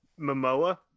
Momoa